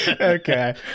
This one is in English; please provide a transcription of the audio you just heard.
okay